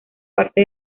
parte